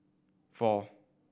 four